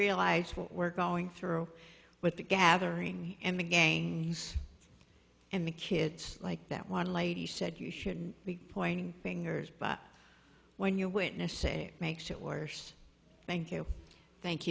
realize what we're going through with the gathering and the gangs and the kids like that one lady said you shouldn't be pointing fingers but when you're witnessing makes it worse thank you thank